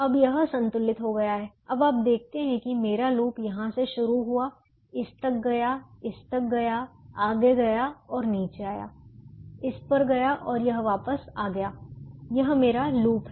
अब यह संतुलित हो गया है अब आप देखते हैं कि मेरा लूप यहाँ से शुरू हुआ इस तक गया इस तक गया आगे गया और नीचे आया इस पर गया और यह वापस आ गया यह मेरा लूप है